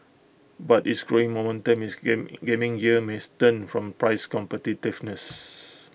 but its growing momentum this game gaming gear may stem from price competitiveness